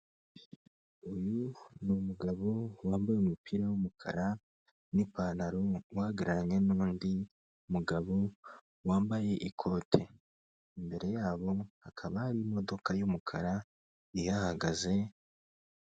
Uyu ni umugabo wambaye umupira w'umukara n'ipantaro, ugararanye n'undi mugabo wambaye ikote. Imbere yabo hakaba hari imodoka y'umukara ihagaze.